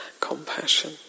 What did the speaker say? Compassion